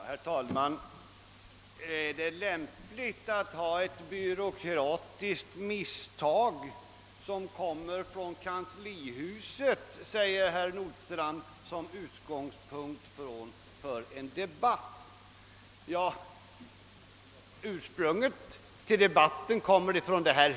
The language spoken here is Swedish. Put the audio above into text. Herr talman! Herr Nordstrandh frågar, om det är lämpligt att ett byråkratiskt misstag — med ursprung i kanslihuset — får bli utgångspunkt för en stor allmän debatt. Men ursprunget till debatten kommer från detta hus!